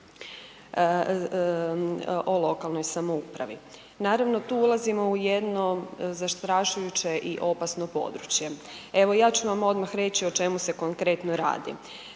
o lokalnoj samoupravi. Naravno, tu ulazimo u jedno zastrašujuće i opasno područje. Evo, ja ću vam odmah reći o čemu se konkretno radi.